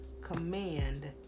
command